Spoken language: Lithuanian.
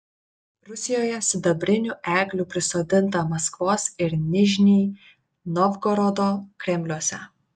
rusijoje sidabrinių eglių prisodinta maskvos ir nižnij novgorodo kremliuose